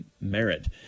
merit